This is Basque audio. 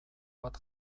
bat